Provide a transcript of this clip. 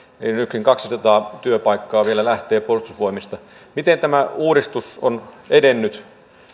nytkin kaksisataa työpaikkaa vielä lähtee puolustusvoimista miten tämä uudistus on edennyt